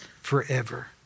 forever